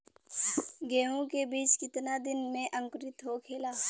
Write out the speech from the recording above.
गेहूँ के बिज कितना दिन में अंकुरित होखेला?